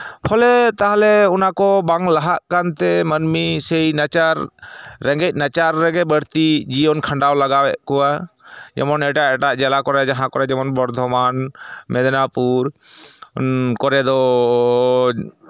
ᱯᱷᱚᱞᱮ ᱛᱟᱦᱚᱞᱮ ᱚᱱᱟᱠᱚ ᱵᱟᱝ ᱞᱟᱦᱟᱜ ᱠᱟᱱᱛᱮ ᱢᱟᱹᱱᱢᱤ ᱥᱮᱭ ᱱᱟᱪᱟᱨ ᱨᱮᱸᱜᱮᱡ ᱱᱟᱪᱟᱨ ᱨᱮᱜᱮ ᱵᱟᱹᱲᱛᱤ ᱡᱤᱭᱚᱱ ᱠᱷᱟᱸᱰᱟᱣ ᱞᱟᱜᱟᱣᱮᱫ ᱠᱚᱣᱟ ᱡᱮᱢᱚᱱ ᱮᱴᱟᱜ ᱮᱴᱟᱜ ᱡᱮᱞᱟ ᱠᱚᱨᱮᱜ ᱡᱟᱦᱟᱸ ᱠᱚᱨᱮᱜ ᱡᱮᱢᱚᱱ ᱵᱚᱨᱫᱷᱚᱢᱟᱱ ᱢᱮᱫᱽᱱᱟᱯᱩᱨ ᱠᱚᱨᱮ ᱫᱚ